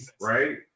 right